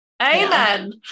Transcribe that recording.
Amen